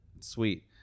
sweet